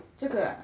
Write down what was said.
这个 ah